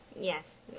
Yes